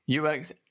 UX